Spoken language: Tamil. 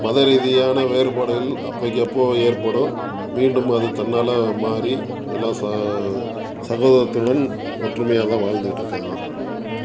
மத ரீதியான வேறுபாடுகள் அப்பைக்கப்போ ஏற்படும் மீண்டும் அது தன்னால் மாறி எல்லா ச சகோதரத்துடன் ஒற்றுமையாக தான் வாழ்ந்துக்கிட்டுருக்காங்க